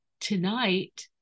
tonight